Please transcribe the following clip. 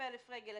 37,000 רגל,